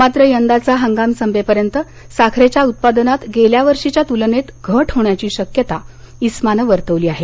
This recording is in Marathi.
मात्र यंदाचा हंगाम संपेपर्यंत साखरेच्या उत्पादनात गेल्यावर्षीच्या तुलनेत घट होण्याची शक्यता इस्मानं वर्तवली आहे